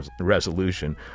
resolution